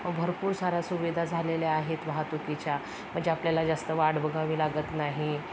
भरपूर साऱ्या सुविधा झालेल्या आहेत वाहतुकीच्या म्हणजे आपल्याला जास्त वाट बघावी लागत नाही